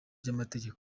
by’amategeko